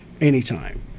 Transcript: anytime